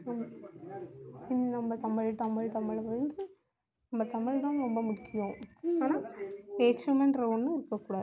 நம்ப தமிழ் தமிழ் தமிழ் என்று நம்ப தமிழ் தான் ரொம்ப முக்கியம் ஆனால் வேற்றுமன்ற ஒன்று இருக்கக்கூடாது